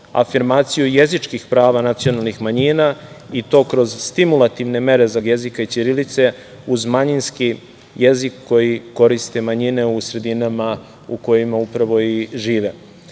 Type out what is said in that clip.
afirmaciju jezičkih prava nacionalnih manjina i to kroz stimulativne mere za korišćenje srpskog jezika i ćirilice uz manjinski jezik koji koriste manjine u sredinama u kojima upravo i